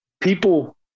people